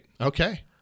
Okay